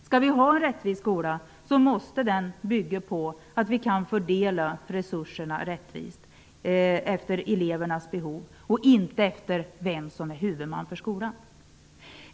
Skall vi ha en rättvis skola måste den bygga på att vi kan fördela resurserna rättvist efter elevernas behov och inte efter vem som är huvudman för skolan.